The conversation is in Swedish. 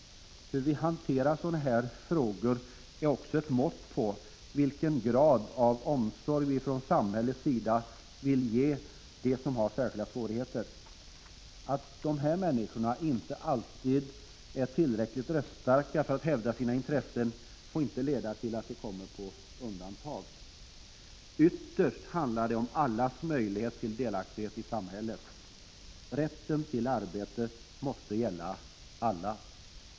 Vårt sätt att hantera sådana här frågor är också ett mått på vilken grad av omsorg vi från samhällets sida vill ge dem som har särskilda svårigheter. Det förhållandet att dessa människor inte alltid är tillräckligt röststarka för att hävda sina intressen får inte leda till att de kommer på undantag. Ytterst handlar det om allas möjligheter till delaktighet i samhället. Rätten till arbete måste gälla alla!